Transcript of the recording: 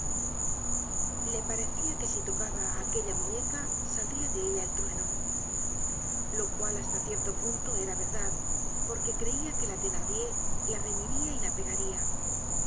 le parecia que si tocaba á aquella muñeca saldría de ella el trueno lo cual hasta cierto punto era verdad porque creia que la thenardier la reñiría y la pegaría